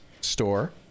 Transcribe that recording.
store